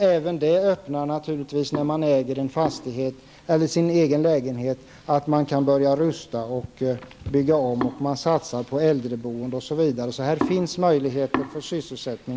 Även detta bidrar till att man kan börja rusta och bygga om sin lägenhet. Dessutom satsar vi på äldreboende, så här finns möjligheter till sysselsättning.